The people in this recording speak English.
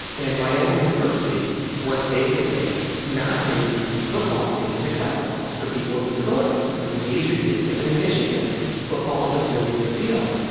and my own university was basically not making the football stadium accessible to people with disabilities. it's a major stadium, and in michigan football is a really big deal.